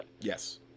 Yes